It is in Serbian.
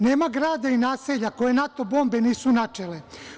Nema grada i naselja koje NATO bombe nisu načela.